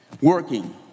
working